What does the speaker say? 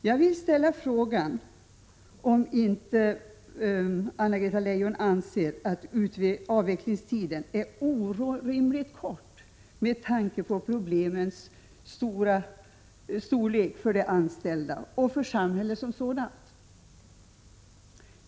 Jag vill ställa frågan om inte Anna-Greta Leijon anser att avvecklingstiden är orimligt kort med tanke på problemens storlek för de anställda och för samhället som sådant.